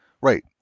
Right